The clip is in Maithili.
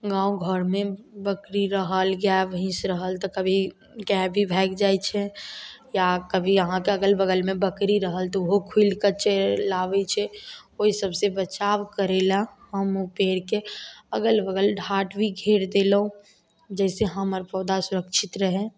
गाँव घरमे बकरी रहल गाय भैंस रहल तऽ कभी गाय भी भागि जाइ छै या कभी अहाँके अगल बगलमे बकरी तरहाल तऽ उहो खुलिकऽ चलि आबय छै ओइ सबसँ बचाव करय लए हम उ पेड़के अगल बगल ढ़ाठ भी घेर देलहुँ जइसे हमर पौधा सुरक्षित रहय